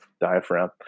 Diaphragm